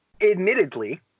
admittedly